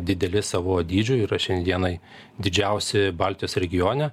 dideli savo dydžiu yra šiandienai didžiausi baltijos regione